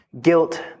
guilt